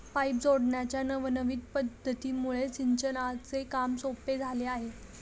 pipe जोडण्याच्या नवनविन पध्दतीमुळे सिंचनाचे काम सोपे झाले आहे